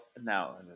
now